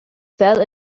fell